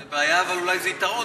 זה בעיה, אבל אולי זה גם יתרון.